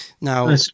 Now